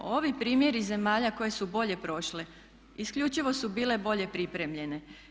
Ovi primjeri zemalja koje su bolje prošle isključivo su bile bolje pripremljene.